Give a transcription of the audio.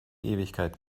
ewigkeit